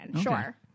Sure